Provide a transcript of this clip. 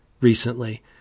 recently